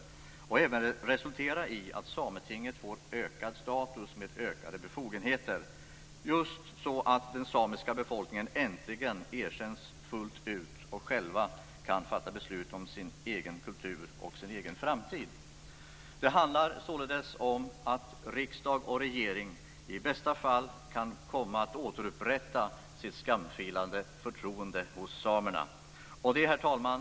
Jag hoppas att de även skall resultera i att Sametinget får ökad status med ökade befogenheter så att den samiska befolkningen äntligen erkänns fullt ut, och själv kan fatta beslut om sin egen kultur och sin egen framtid. Det handlar således om att riksdag och regering i bästa fall kan komma att återupprätta sitt skamfilade förtroende hos samerna. Herr talman!